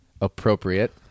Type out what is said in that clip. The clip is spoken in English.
appropriate